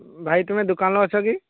ଭାଇ ତୁମେ ଦୋକାନରେ ଅଛ କି